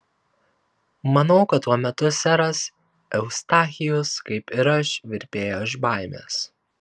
manau kad tuo metu seras eustachijus kaip ir aš virpėjo iš baimės